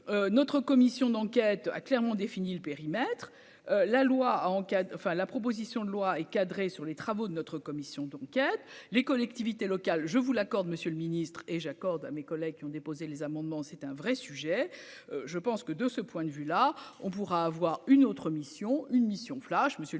notre commission d'enquête a clairement défini le périmètre la loi encadre enfin la proposition de loi est cadré sur les travaux de notre commission d'enquête, les collectivités locales, je vous l'accorde, monsieur le ministre et j'accorde à mes collègues qui ont déposé les amendements, c'est un vrai sujet, je pense que de ce point de vue là on pourra avoir une autre mission, une mission flash Monsieur le Ministre,